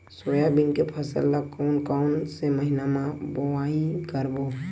Soybean के फसल ल कोन कौन से महीना म बोआई करबो?